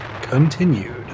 continued